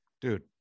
dude